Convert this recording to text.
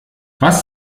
was